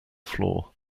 floor